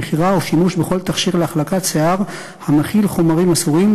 מכירה ושימוש בכל תכשיר להחלקת שיער המכיל חומרים אסורים,